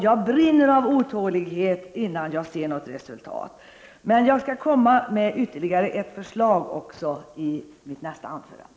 Jag brinner av otålighet innan jag ser något resultat. Men jag skall komma med ytterligare ett förslag i mitt nästa anförande.